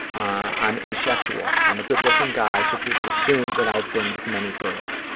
i'm asexual. i'm a good-looking guy, so people assume that i've been with many girls.